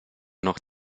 noch